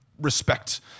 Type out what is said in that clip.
respect